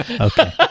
Okay